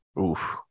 Oof